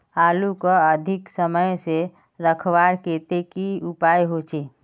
आलूक अधिक समय से रखवार केते की उपाय होचे?